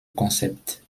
concept